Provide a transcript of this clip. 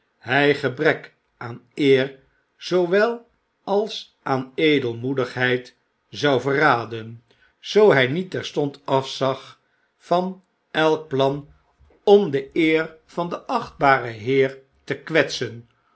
hy gebrek aan eer zoowel als aan edelmoedigheid zou verraden zoo hy niet terstond afzag van elk plan om de eer van den achtbaren heer te kwetsen